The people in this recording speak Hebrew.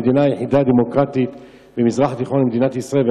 המדינה היחידה הדמוקרטית במזרח התיכון היא מדינת ישראל.